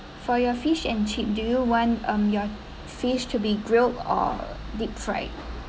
for your fish and chip do you want um your fish to be grilled or deep fried